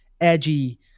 edgy